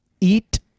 eat